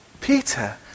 Peter